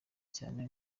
cyane